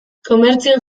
komertzioen